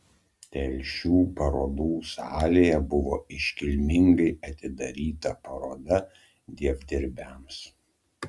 telšių parodų salėje buvo iškilmingai atidaryta paroda dievdirbiams